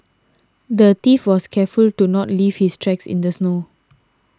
the thief was careful to not leave his tracks in the snow